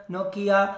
Nokia